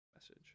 message